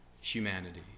humanity